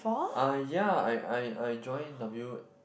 uh yea I I I join W